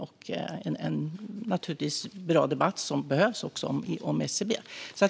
Det behövs en bra debatt om SCB.